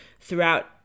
throughout